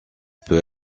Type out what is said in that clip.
peut